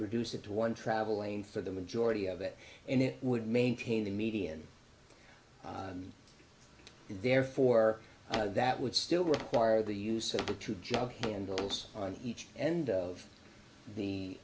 reduce it to one travel lane for the majority of it and it would maintain the median and therefore that would still require the use of the two jump handles on each end of the